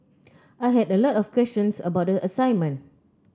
I had a lot of questions about the assignment